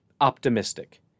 optimistic